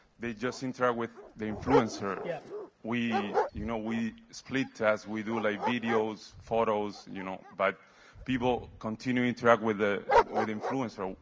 they just interact with the influencer. yeah we you know we split as we do like videos, photos, you know. but people continuing to act with ah the influencer.